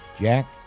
Jack